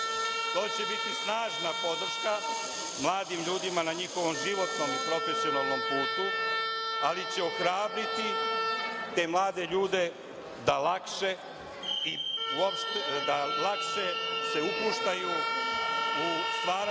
To će biti snažna podrška mladim ljudima na njihovom životnom i profesionalnom putu, ali će ohrabriti te mlade ljude da lakše se upuštaju u stvaranje